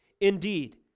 Indeed